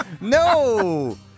No